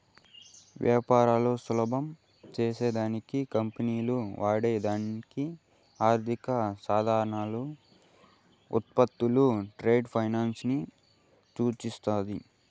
వ్యాపారాలు సులభం చేసే దానికి కంపెనీలు వాడే దానికి ఆర్థిక సాధనాలు, ఉత్పత్తులు ట్రేడ్ ఫైనాన్స్ ని సూచిస్తాది